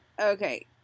Okay